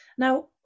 Now